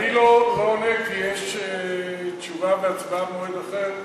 אני לא עולה כי יש תשובה והצבעה במועד אחר.